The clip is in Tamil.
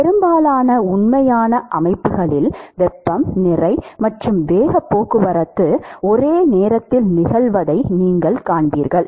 பெரும்பாலான உண்மையான அமைப்புகளில் வெப்பம் நிறை மற்றும் வேகப் போக்குவரத்து ஒரே நேரத்தில் நிகழ்வதை நீங்கள் காண்பீர்கள்